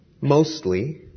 mostly